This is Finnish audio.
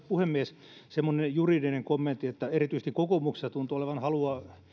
puhemies semmoinen juridinen kommentti että kun erityisesti kokoomuksessa tuntuu olevan halua